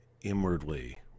inwardly